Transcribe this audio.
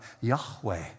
Yahweh